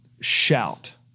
shout